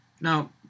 Now